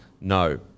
No